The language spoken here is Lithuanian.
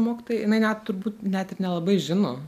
mokytoja jinai net turbūt net ir nelabai žino